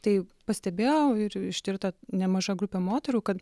tai pastebėjo ir ištirta nemaža grupė moterų kad